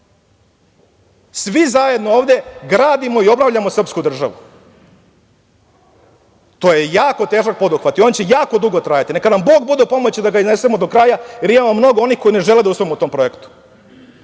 Svi zajedno ovde gradimo i obnavljamo srpsku državu. To je jako težak poduhvat i on će jako dugo trajati. Naka nam Bog bude u pomoći da ga iznesemo do kraja, jer imamo mnogo onih koje ne žele da uspemo u tom projektu,